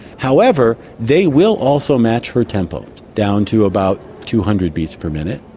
however, they will also match her tempo down to about two hundred beats per minute,